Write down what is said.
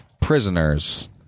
prisoners